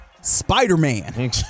Spider-Man